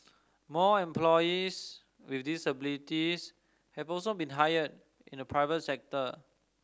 more employees with disabilities have also been hired in the private sector